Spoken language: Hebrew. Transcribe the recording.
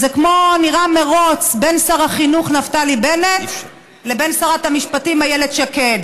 זה נראה כמו מרוץ בין שר החינוך נפתלי בנט לבין שרת המשפטים אילת שקד: